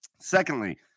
Secondly